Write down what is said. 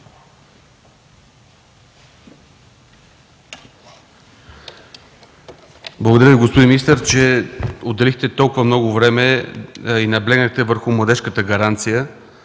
Благодаря Ви, господин министър, че отделихте толкова много време и наблегнахте върху Младежката гаранция,